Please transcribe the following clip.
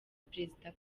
perezida